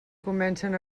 comencen